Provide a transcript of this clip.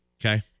Okay